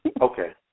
Okay